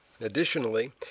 Additionally